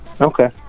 okay